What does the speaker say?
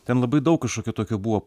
ten labai daug kažkokio tokio buvo